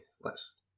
less